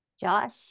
Josh